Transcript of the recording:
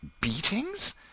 Beatings